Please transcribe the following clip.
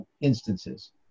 instances